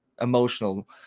emotional